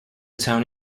town